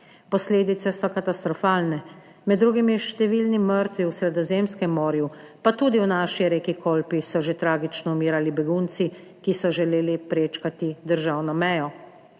Posledice so katastrofalne. Med drugimi številni mrtvi v Sredozemskem morju, pa tudi v naši reki Kolpi so že tragično umirali begunci, ki so želeli prečkati državno mejo.